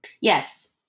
Yes